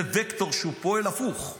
זה וקטור שפועל הפוך.